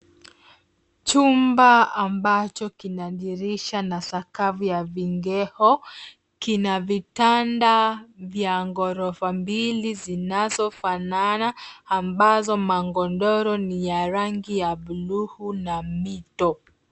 Chumba ambacho kina dirisha na sakafu ya vigae kina vitanda vya ghorofa mbili zinazofanana ambazo magodoro ni ya rangi ya bluu na mito.